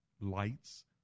lights